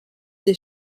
des